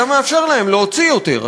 אתה מאפשר להם להוציא יותר,